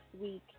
week